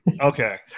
Okay